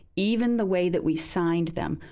even the way that we signed them,